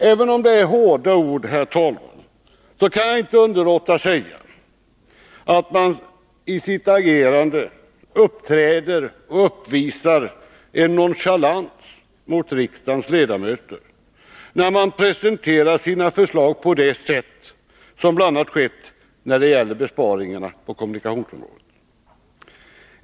Även om det är hårda ord, herr talman, kan jag inte underlåta att säga att moderaterna i sitt agerande uppvisar en nonchalans mot riksdagens ledamöter, när de presenterar sina förslag på det sätt som bl.a. skett när det gäller besparingarna på kommunikationsområdet.